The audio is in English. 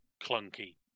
clunky